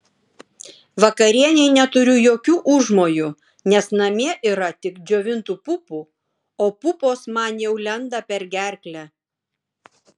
vakarienei neturiu jokių užmojų nes namie yra tik džiovintų pupų o pupos man jau lenda per gerklę